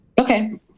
Okay